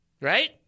Right